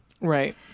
Right